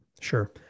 sure